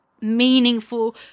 meaningful